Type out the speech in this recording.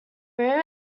room